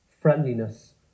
friendliness